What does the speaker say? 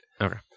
Okay